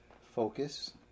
focus